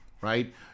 right